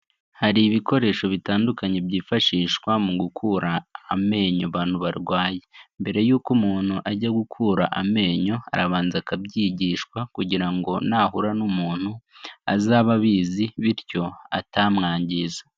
Hari ibikoresho bitandukanye byifashishwa mu gukura amenyo ban barwaye. Mbere y'uko umuntu ajya gukura amenyo arabanza akabyigishwa, kugira ngo nahura n'umuntu azabe abizi, bityo atamwangiza.